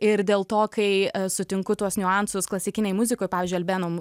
ir dėl to kai sutinku tuos niuansus klasikinėj muzikoj pavyzdžiui albeno